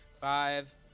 Five